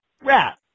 Rat